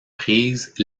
prises